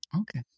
okay